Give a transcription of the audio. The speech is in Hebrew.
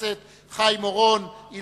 סיעת מרצ לסעיף 1 לא